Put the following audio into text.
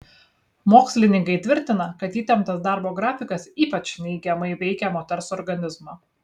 mokslininkai tvirtina kad įtemptas darbo grafikas ypač neigiamai veikia moters organizmą